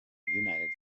united